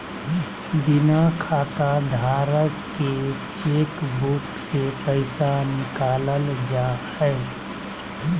बिना खाताधारक के चेकबुक से पैसा निकालल जा हइ